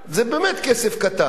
זה באמת כסף קטן.